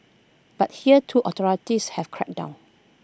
but here too authorities have cracked down